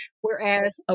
Whereas